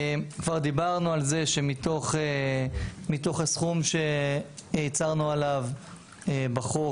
כבר דיברנו על זה שמתוך הסכום שהצהרנו עליו בחוק,